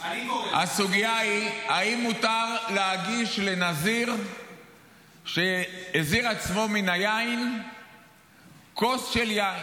הסוגיה היא אם מותר להגיש לנזיר שהזיר עצמו מן היין כוס של יין.